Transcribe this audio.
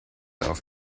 auf